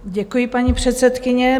Děkuji, paní předsedkyně.